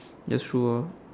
that's true ah